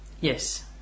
Yes